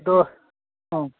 ꯑꯗꯣ ꯎꯝ